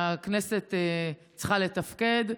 שהכנסת צריכה לתפקד,